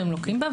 שהם לוקים בה,